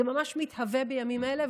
זה ממש מתהווה בימים אלה,